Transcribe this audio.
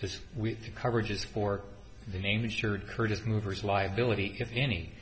just with the coverage is for the name shared curtis movers liability if any